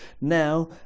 Now